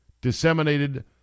disseminated